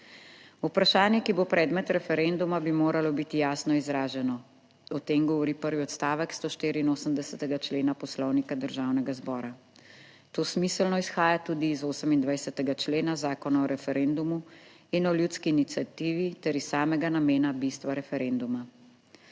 Vprašanje, ki bo predmet referenduma, bi moralo biti jasno izraženo. O tem govori prvi odstavek 184. člena Poslovnika Državnega zbora. To smiselno izhaja tudi iz 28. člena Zakona o referendumu in o ljudski iniciativi ter iz samega namena bistva referenduma.